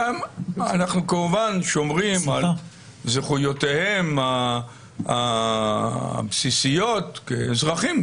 אנחנו כמובן שומרים על זכויותיהם הבסיסיות כאזרחים,